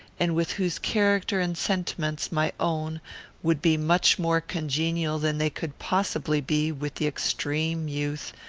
and with whose character and sentiments my own would be much more congenial than they could possibly be with the extreme youth,